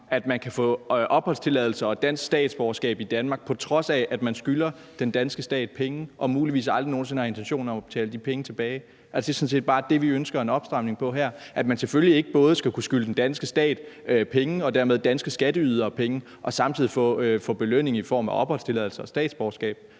at man kan få opholdstilladelse og dansk statsborgerskab i Danmark, på trods af at man skylder den danske stat penge og muligvis aldrig nogen sinde har intentioner om at betale de penge tilbage. Det er sådan set bare det, vi ønsker en opstramning på her, altså at man selvfølgelig ikke både skal kunne skylde den danske stat penge og dermed danske skatteydere penge og samtidig få belønning i form af opholdstilladelse og statsborgerskab.